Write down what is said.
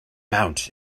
mount